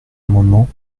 amendement